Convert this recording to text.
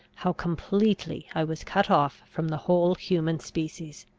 how completely i was cut off from the whole human species.